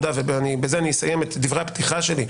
ובזה אני אסיים את דברי הפתיחה שלי,